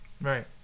Right